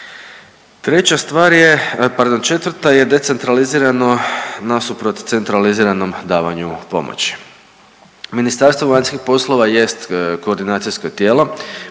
Treća stvar je, pardon četvrta je decentralizirano nasuprot centraliziranom davanju pomoći. Ministarstvo vanjskih poslova jest koordinacijsko tijelo,